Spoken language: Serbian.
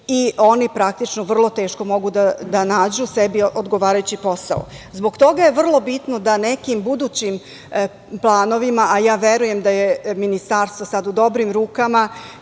i oni praktično vrlo teško mogu da nađu sebi odgovarajući posao. Zbog toga je vrlo bitno da nekim budućim planovima, a ja verujem da je Ministarstvo sada u dobrim rukama,